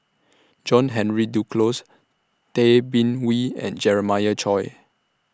John Henry Duclos Tay Bin Wee and Jeremiah Choy